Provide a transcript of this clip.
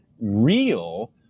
real